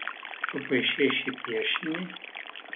tu paišei šį piešinį